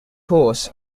horse